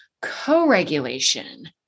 co-regulation